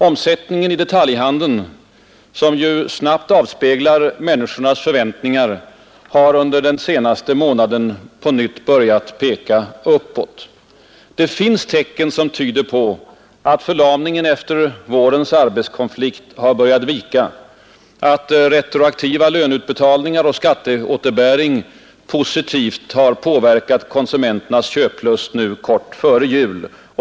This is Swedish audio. Omsättningen i detaljhandeln, som ju snabbt avspeglar människornas förväntningar, har under den senaste månaden på nytt börjat peka uppåt. Det finns tecken som tyder på att förlamningen efter vårens arbetskonflikt har börjat ge vika, att retroaktiva löneutbetalningar och skatteåterbäring positivt har påverkat konsumenternas köplust nu kort före jul.